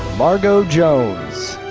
margot jones.